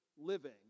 living